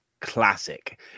classic